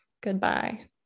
goodbye